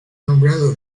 nombrado